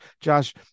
Josh